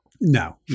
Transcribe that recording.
No